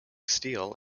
steel